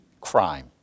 crime